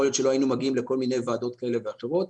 יכול להיות שלא היינו מגיעים לכל מיני וועדות כאלה ואחרות.